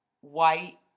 white